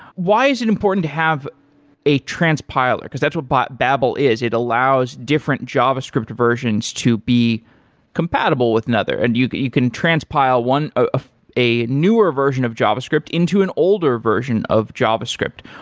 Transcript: why is it important to have a transpiler, because that's what but babel is? it allows different javascript versions to be compatible with another, and you you can transpile one ah a newer version of javascript into an older version of javascript.